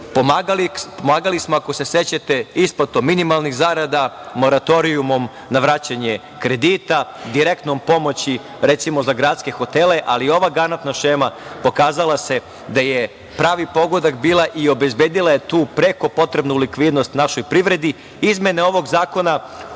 Pomagali smo, ako se sećate, isplatom minimalnih zarada, moratorijumom na vraćanje kredita, direktnom pomoći, recimo, za gradske hotele, ali ova garantna šema pokazala se da je pravi pogodak bila i obezbedila je tu preko potrebnu likvidnost našoj privredi. Izmene ovog zakona